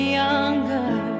younger